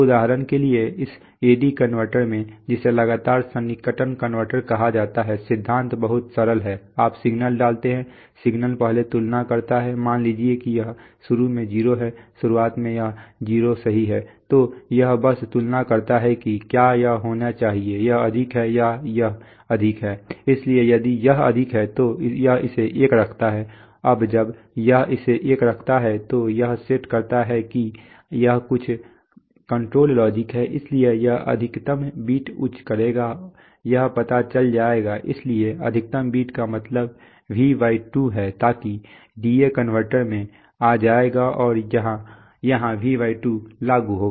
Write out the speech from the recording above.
तो उदाहरण के लिए इस एडी कनवर्टर में जिसे लगातार सन्निकटन कनवर्टर कहा जाता है सिद्धांत बहुत सरल है आप सिग्नल डालते हैं सिग्नल पहले तुलना करता है मान लीजिए कि यह शुरू में 0 है शुरुआत में यह 0 सही है तो यह बस तुलना करता है कि क्या यह होना चाहिए यह अधिक है या यह अधिक है इसलिए यदि यह अधिक है तो यह इसे 1 रखता है अब जब यह इसे 1 रखता है तो यह सेट करता है कि यह कुछ कंट्रोल लॉजिक है इसलिए यह अधिकतम बिट उच्च करेगा यह पता चल जाएगा इसलिए अधिकतम बिट का मतलब V2 है ताकि DA कनवर्टर में आ जाएगा और यहां V2 लागू होगा